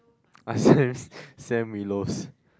ah Sams Sam-Willows